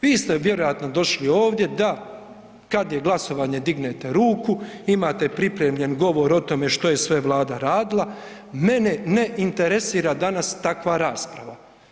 Vi ste vjerojatno došli ovdje da kad je glasovanje dignete ruku, imate pripremljen govor o tome što je sve Vlada radila, mene ne interesira danas takva rasprava.